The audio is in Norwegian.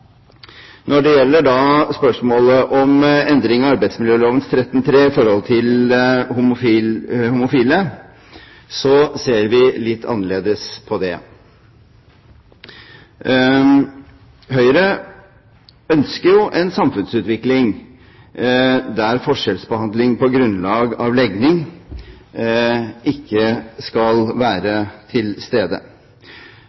Når det gjelder spørsmålet om endring av arbeidsmiljøloven § 13-3 med hensyn til homofile, ser vi litt annerledes på det. Høyre ønsker jo en samfunnsutvikling der forskjellsbehandling på grunnlag av legning ikke skal være